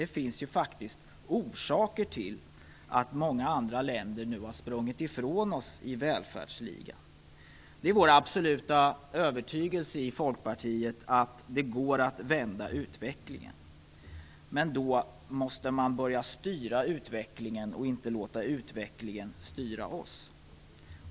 Det finns ju faktiskt orsaker till att många andra länder nu har sprungit ifrån oss i välfärdsligan. Det är vår absoluta övertygelse i Folkpartiet att det går att vända utvecklingen. Men då måste vi börja styra utvecklingen och inte låta utvecklingen styra oss!